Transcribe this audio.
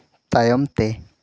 ᱛᱟᱭᱚᱢ ᱛᱮ